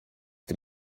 dem